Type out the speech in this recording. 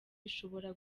ishobora